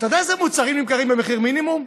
אתה יודע איזה מוצרים נמכרים במחיר מינימום?